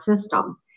system